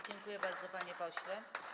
Dziękuję bardzo, panie pośle.